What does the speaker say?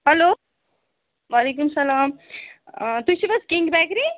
hello وعلیکُم سَلام آ تُہۍ چھِو حظ کِنٛگ بیکری